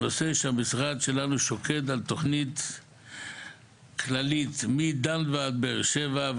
המשרד שלנו שוקד על תוכנית כללית מדן ועד באר שבע,